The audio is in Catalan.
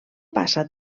passa